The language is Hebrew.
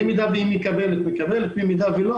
במידה והיא מקבלת, מקבלת, במידה ולא